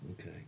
Okay